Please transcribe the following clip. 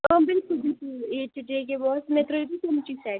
ٲں بلکل بلکل یَتہِ چھُ جے کے بوس مےٚ ترٲیو تُہۍ تیمچی سٮ۪ٹ